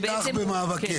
אני איתך במאבקך.